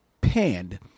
panned